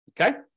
okay